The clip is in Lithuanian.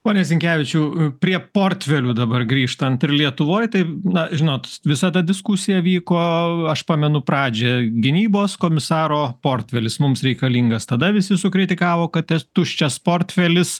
pone sinkevičiau prie portfelių dabar grįžtant ir lietuvoj taip na žinot visada diskusija vyko aš pamenu pradžią gynybos komisaro portfelis mums reikalingas tada visi sukritikavo kad tas tuščias portfelis